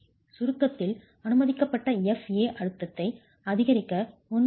சுருக்கத்தில் அனுமதிக்கப்பட்ட fa அழுத்தத்தை அதிகரிக்க 1